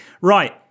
Right